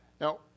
Now